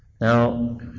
Now